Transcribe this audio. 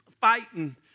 fighting